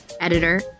editor